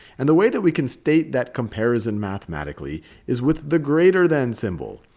and the way that we can state that comparison mathematically is with the greater than symbol.